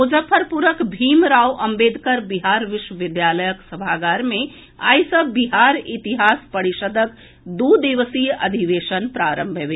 मुजफ्फरपुरक भीम राव अम्बेदकर बिहार विश्वविद्यालयक सभागार मे आइ सँ बिहार इतिहास परिषदक दू दिवसीय अधिवेशन प्रारंभ भेल